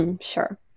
Sure